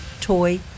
toy